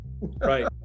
right